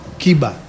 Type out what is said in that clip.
kiba